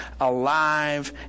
alive